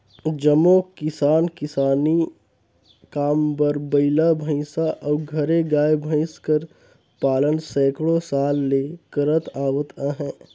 जम्मो किसान किसानी काम बर बइला, भंइसा अउ घरे गाय, भंइस कर पालन सैकड़ों साल ले करत आवत अहें